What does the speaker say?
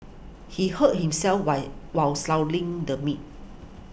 he hurt himself while while the meat